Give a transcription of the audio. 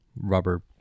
rubber